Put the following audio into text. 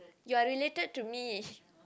you are related to me